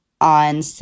on